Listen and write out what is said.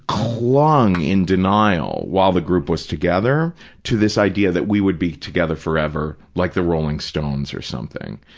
clung in denial while the group was together to this idea that we would be together forever, like the rolling stones or something,